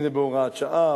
אם זה בהוראת שעה,